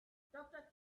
doctor